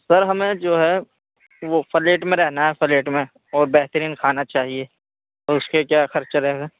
سر ہمیں جو ہے وہ فلیٹ میں رہنا ہے فلیٹ میں اور بہترین کھانا چاہیے تو اس کے کیا خرچہ رہے گا